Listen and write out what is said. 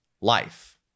life